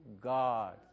God